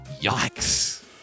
Yikes